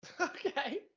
Okay